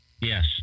Yes